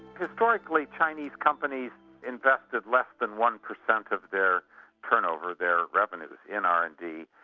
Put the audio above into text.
historically chinese companies invested less than one percent of their turnover, their revenue, in r and d.